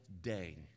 day